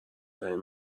ترین